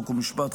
חוק ומשפט,